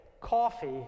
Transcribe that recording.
coffee